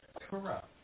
Correct